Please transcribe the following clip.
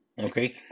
Okay